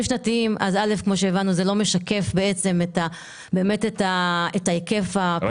שנתיים זה לא משקף את היקף הפרסום.